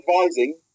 advising